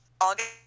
August